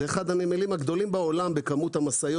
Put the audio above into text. זה אחד הנמלים הגדולים בעולם בכמות המשאיות